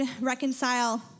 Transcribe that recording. reconcile